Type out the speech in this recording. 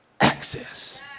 access